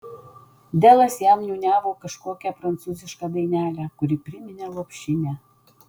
delas jam niūniavo kažkokią prancūzišką dainelę kuri priminė lopšinę